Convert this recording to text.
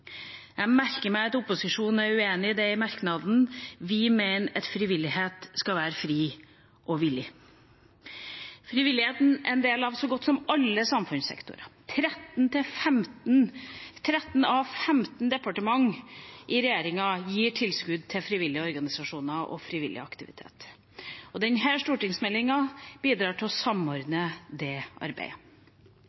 Jeg merker meg at opposisjonen er uenig i de merknadene. Vi mener at frivillighet skal være fri og villig. Frivilligheten er en del av så godt som alle samfunnssektorer. 13 av 15 departementer gir tilskudd til frivillige organisasjoner og frivillig aktivitet. Denne stortingsmeldingen bidrar til å